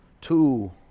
two